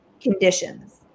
conditions